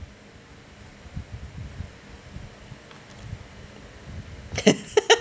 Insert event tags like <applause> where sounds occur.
<laughs>